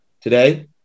today